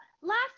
last